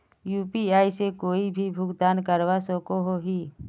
UPI से कोई भी भुगतान करवा सकोहो ही?